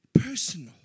personal